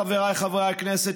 חבריי חברי הכנסת,